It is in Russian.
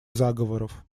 заговоров